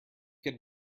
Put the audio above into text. could